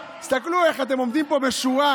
תסתכלו איך אתם עומדים פה בשורה.